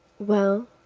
well,